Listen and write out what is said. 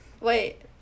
Wait